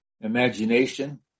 imagination